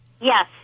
Yes